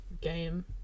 game